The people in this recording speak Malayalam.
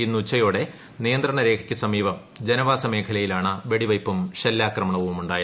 ഇന്ന് ഉച്ചയോടെ നിയന്ത്രണ രേഖയ്ക്ക് സമീപം ജനവാസ മേഖലയിലാണ് വെടിവെയ്പും ഷെല്ലാക്രമണവും ഉണ്ടായത്